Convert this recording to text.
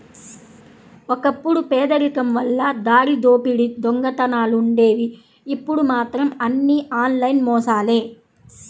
ఒకప్పుడు పేదరికం వల్ల దారిదోపిడీ దొంగతనాలుండేవి ఇప్పుడు మాత్రం అన్నీ ఆన్లైన్ మోసాలే